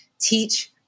teach